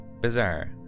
bizarre